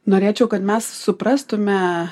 norėčiau kad mes suprastume